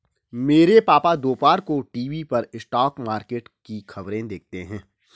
मेरे पापा दोपहर को टीवी पर स्टॉक मार्केट की खबरें देखते हैं